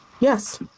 Yes